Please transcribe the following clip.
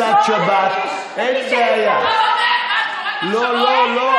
פעם אומר: חברי הכנסת, וחברות הכנסת